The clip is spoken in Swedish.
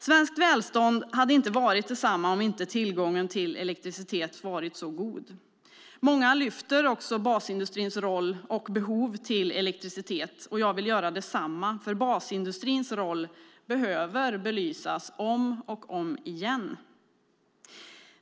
Svenskt välstånd hade inte varit detsamma om inte tillgången till elektricitet hade varit så god. Många framhåller också basindustrins roll och behov av elektricitet, och jag vill göra detsamma, för basindustrins roll behöver belysas om och om igen.